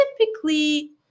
typically